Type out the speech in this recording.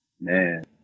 man